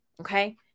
Okay